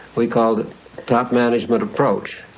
we called top management approach.